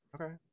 Okay